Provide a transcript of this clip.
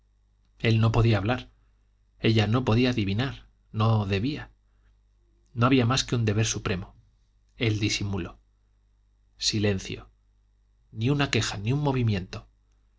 él no podía hablar ella no podía adivinar no debía no había más que un deber supremo el disimulo silencio ni una queja ni un movimiento